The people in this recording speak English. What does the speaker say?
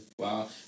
Wow